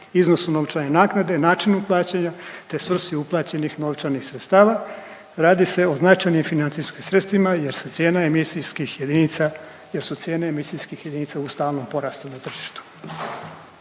iznosu novčane naknade, načinu plaćanja te svrsi uplaćenih novčanih sredstava. Radi se o značajnim financijskim sredstvima jer se cijena emisijskih jedinica, jer su cijene